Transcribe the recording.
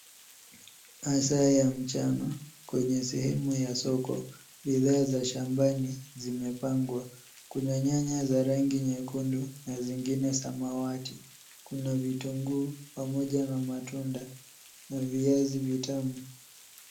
Masaa ya mchana kwenye sehemu ya soko bidhaa za shambani zimepangwa. Kuna nyanya za rangi nyekundu na zingine samawati. Kuna vitunguu pamoja na matunda na viazi vitamu.